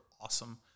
awesome